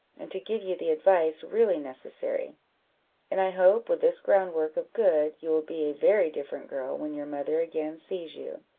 and to give you the advice really necessary and i hope, with this groundwork of good, you will be a very different girl when your mother again sees you.